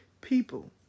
People